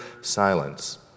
silence